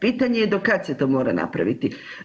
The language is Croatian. Pitanje je do kad se to mora napraviti?